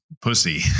pussy